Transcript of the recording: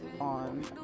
on